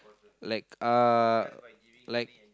like uh like